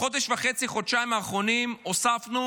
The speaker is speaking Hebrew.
בחודש וחצי-חודשיים האחרונים הוספנו